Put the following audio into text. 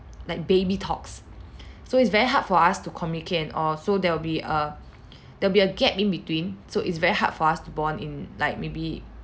like baby talks so it's very hard for us to communicate at all so there will be a there will be a gap in between so it's very hard for us to bond in like maybe